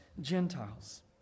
Gentiles